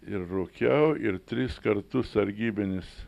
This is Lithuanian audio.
ir rūkiau ir tris kartus sargybinis